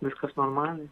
viskas normaliai